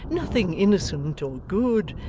nothing innocent or good,